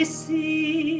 see